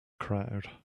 crowd